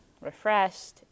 refreshed